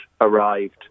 arrived